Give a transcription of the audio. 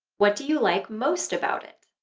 what do you like most about it?